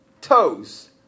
toes